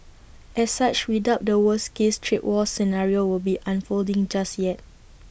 as such we doubt the worst case trade war scenario will be unfolding just yet